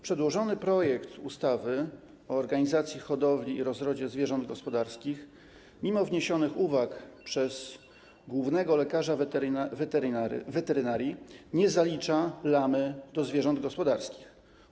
Przedłożony projekt ustawy o organizacji hodowli i rozrodzie zwierząt gospodarskich mimo uwag wniesionych przez głównego lekarza weterynarii nie zalicza lamy do zwierząt gospodarskich.